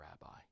rabbi